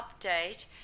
update